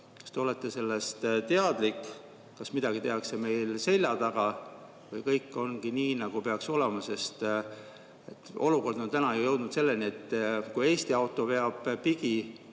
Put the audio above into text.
Kas te olete sellest teadlik? Kas midagi tehakse meil selja taga või kõik ongi nii, nagu peaks olema? Olukord on täna ju jõudnud selleni, et Eesti auto veab pigi,